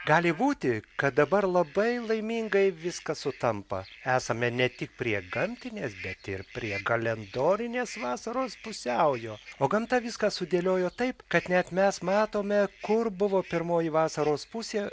gali būti kad dabar labai laimingai viskas sutampa esame ne tik prie gamtinės bet ir prie kalendorinės vasaros pusiaujo o gamta viską sudėliojo taip kad net mes matome kur buvo pirmoji vasaros pusė